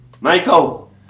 Michael